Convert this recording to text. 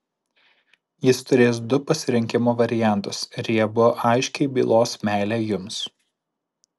jis turės du pasirinkimo variantus ir jie abu aiškiai bylos meilę jums